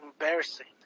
embarrassing